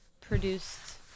produced